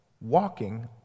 walking